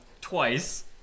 twice